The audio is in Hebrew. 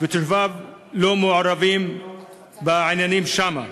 ותושביו לא מעורבים בעניינים שם.